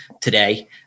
today